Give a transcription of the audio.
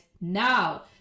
now